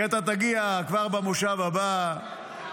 כי אתה תגיע כבר במושב הבא,